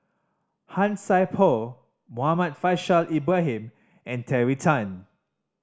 Han Sai Por Muhammad Faishal Ibrahim and Terry Tan